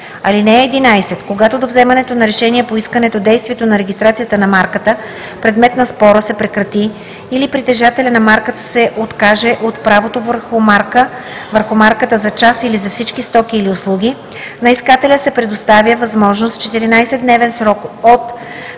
ал. 4. (11) Когато до вземането на решение по искането действието на регистрацията на марката – предмет на спора, се прекрати или притежателят на марката се откаже от правото върху марката за част или за всички стоки или услуги, на искателя се предоставя възможност в 14-дневен срок от